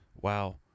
Wow